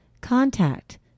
contact